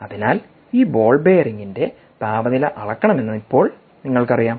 അതിനാൽ ഈ ബാൾ ബെയറിംഗിൻറെ താപനില അളക്കണമെന്ന് ഇപ്പോൾ നിങ്ങൾക്കറിയാം